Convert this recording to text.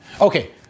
Okay